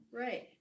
Right